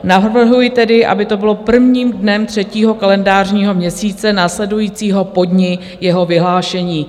Navrhuji tedy, aby to bylo prvním dnem třetího kalendářního měsíce následujícího po dni jeho vyhlášení.